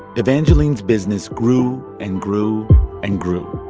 evangeline's business grew and grew and grew